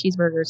cheeseburgers